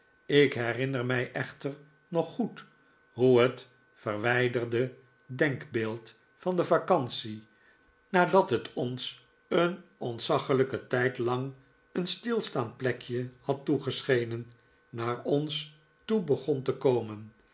ik herinner mij echter nog goed hoe het verwijderde denkbeeld van de vacantie nadat het ons een ontzaglijken tijd lang een stilstaand plekje had toegeschenen naar ons toe begon te komen